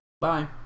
Bye